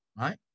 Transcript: right